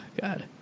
God